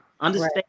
Understand